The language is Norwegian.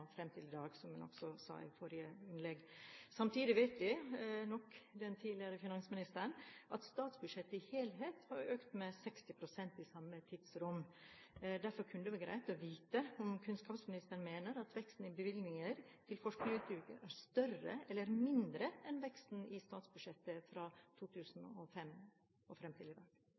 og fram til i dag, som hun også sa i forrige innlegg. Samtidig vet nok den tidligere finansministeren at statsbudsjettet i helhet har økt med 60 pst. i samme tidsrom. Derfor kunne det være greit å vite om kunnskapsministeren mener at veksten i bevilgninger til forskning og utdanning er større eller mindre enn veksten i statsbudsjettet fra 2005 og fram til i dag.